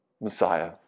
Messiah